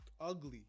ugly